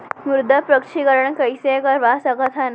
मृदा परीक्षण कइसे करवा सकत हन?